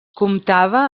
comptava